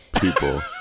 people